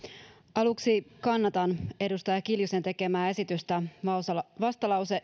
aluksi kannatan edustaja kiljusen tekemää esitystä vastalauseen